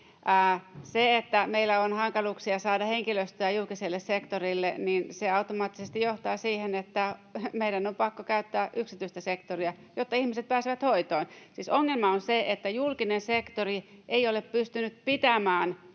Se, että meillä on hankaluuksia saada henkilöstöä julkiselle sektorille, automaattisesti johtaa siihen, että meidän on pakko käyttää yksityistä sektoria, jotta ihmiset pääsevät hoitoon. Siis ongelma on se, että julkinen sektori ei ole pystynyt pitämään